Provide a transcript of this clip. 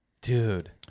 Dude